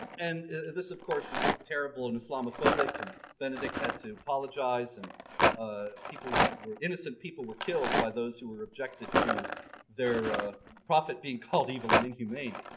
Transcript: and this of course was terrible and islamophobic and benedict had to apologize. and ah people, innocent people, were killed by those who were objected to their prophet being called evil and inhumane.